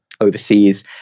overseas